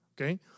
okay